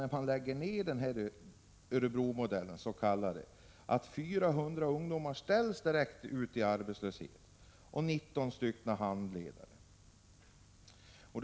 När man lägger ned Örebromodellen blir konsekvensen att 400 ungdomar och 19 handledare direkt drabbas av arbetslöshet.